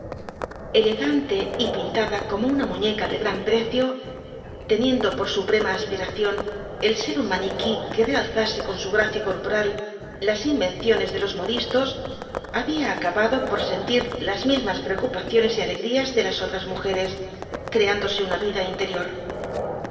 elegante y pintada como una muñeca de gran precio teniendo por suprema aspiración el ser un maniquí que realzase con su gracia corporal las invenciones los cuatro jinbtbs dhl apocalipsis mostos había acabado por sentir las mismas preocupaciones y alegrías de las otras mujeres creándose una vida interior